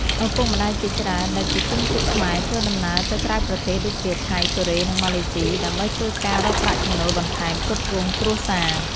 ឪពុកម្តាយជាច្រើន ដែលជាជនជាតិខ្មែរធ្វើដំណើរទៅក្រៅប្រទេស ដូចជា ថៃ កូរ៉េ និងម៉ាឡេស៊ី ដើម្បីធ្វើការរកប្រាក់ចំណូលបន្ថែមផ្គត់ផ្គង់គ្រួសារ។